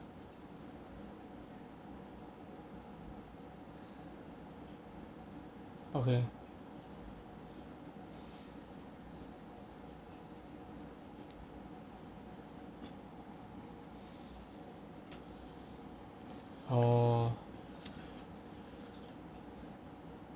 okay oh